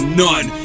none